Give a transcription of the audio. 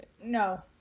No